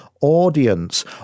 audience